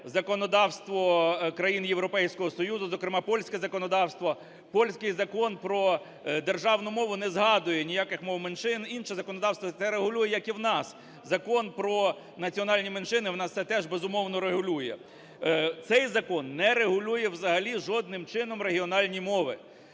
законодавство країн Європейського Союзу, зокрема польське законодавство. Польський Закон про державну мову не згадує ніяких мов меншин, інше законодавство це регулює, як і в нас. Закон про національні меншини у нас це теж, безумовно, регулює. Цей закон не регулює взагалі жодним чином регіональні мови.